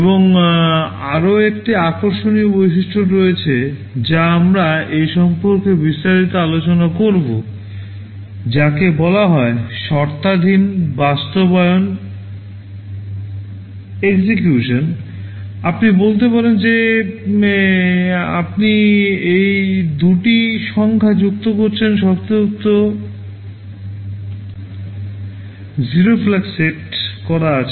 এবং আরও একটি আকর্ষণীয় বৈশিষ্ট্য রয়েছে যা আমরা এ সম্পর্কে বিস্তারিত আলোচনা করব যাকে বলা হয় শর্তাধীন বাস্তবায়ন execution আপনি বলতে পারেন যে আপনি এই 2 টি সংখ্যা যুক্ত করেছেন শর্তযুক্ত 0 flag সেট করা আছে